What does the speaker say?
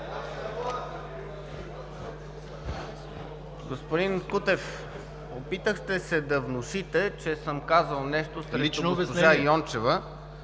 Господин Кутев, опитахте се да внушите, че съм казал нещо за госпожа Йончева